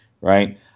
Right